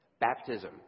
baptism